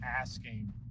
asking